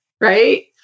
right